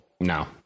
No